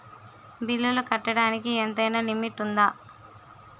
బిల్లులు కట్టడానికి ఎంతైనా లిమిట్ఉందా?